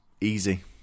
easy